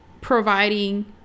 providing